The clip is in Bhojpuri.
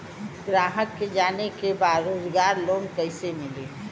ग्राहक के जाने के बा रोजगार लोन कईसे मिली?